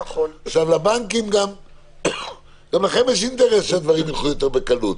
גם לבנקים יש אינטרס שהדברים ילכו יותר בקלות,